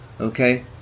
Okay